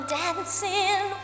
dancing